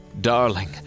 Darling